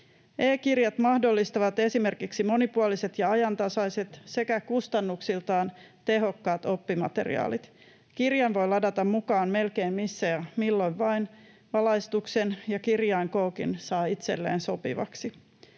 E-kirjat mahdollistavat esimerkiksi monipuoliset ja ajantasaiset sekä kustannuksiltaan tehokkaat oppimateriaalit. Kirjan voi ladata mukaan melkein missä ja milloin vain, valaistuksen ja kirjainkoonkin saa itselleen sopivaksi.